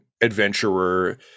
adventurer